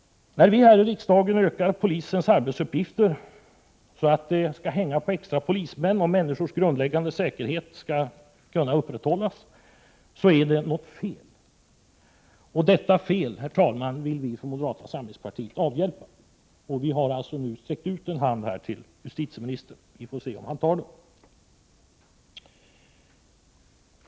När vi här i riksdagen vidgar polisens arbetsuppgifter så att det skall hänga på extra polismän om människors grundläggande säkerhet kan upprätthållas, är det något fel. Detta, herr talman, vill vi fftån moderata samlingspartiet rätta till. Vi har alltså nu sträckt ut en hand till justitieministern — vi får se om han tar den.